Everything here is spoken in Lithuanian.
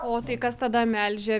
o tai kas tada melžia